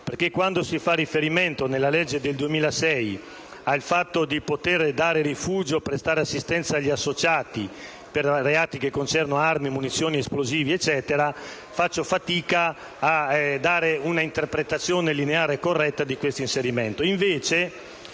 Quando infatti si fa riferimento, nella legge n. 246 del 2006, alla possibilità di dare rifugio e prestare assistenza agli associati per reati che concernono armi, munizioni ed esplosivi, faccio fatica a dare un'interpretazione lineare e corretta di questo inserimento.